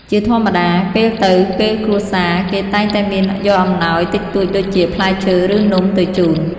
ជាធម្មតា ពេលទៅពេលគ្រួសារ គេតែងតែមានយកអំណោយតិចតួចដូចជា ផ្លែឈើ ឬនំទៅជួន។